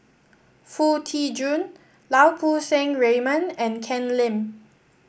Foo Tee Jun Lau Poo Seng Raymond and Ken Lim